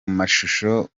mashusho